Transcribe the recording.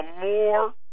more